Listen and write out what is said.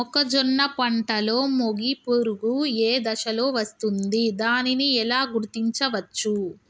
మొక్కజొన్న పంటలో మొగి పురుగు ఏ దశలో వస్తుంది? దానిని ఎలా గుర్తించవచ్చు?